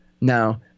Now